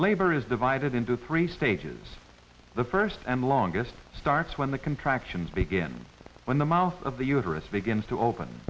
labor is divided into three stages the first and longest starts when the contractions begin when the mouth of the uterus begins to open